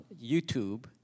YouTube